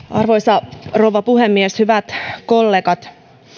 arvoisa rouva puhemies hyvät kollegat